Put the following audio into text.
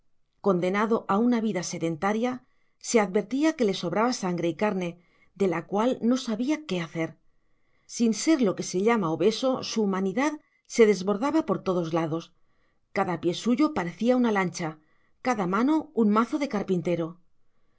condenado a una vida sedentaria se advertía que le sobraba sangre y carne de la cual no sabía qué hacer sin ser lo que se llama obeso su humanidad se desbordaba por todos lados cada pie suyo parecía una lancha cada mano un mazo de carpintero